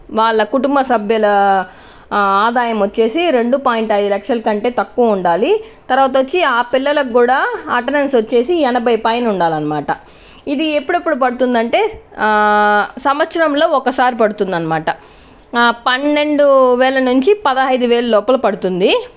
వాళ్ల కుటుంబ సభ్యుల ఆదాయం వచ్చేసి రెండు పాయింట్ ఐదు లక్షల కంటే తక్కువ ఉండాలి తర్వాత వచ్చి ఆ పిల్లలకు కూడా అటెండెన్స్ వచ్చేసి ఎనభై పైన ఉండాలనమాట ఇది ఎప్పుడు ఎప్పుడు పడుతుందంటే సంవత్సరంలో ఒకసారి పడుతుందనమాట పన్నెండు వేల నుంచి పదహైదు వేల లోపల పడుతుంది